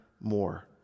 more